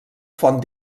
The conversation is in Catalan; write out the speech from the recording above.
font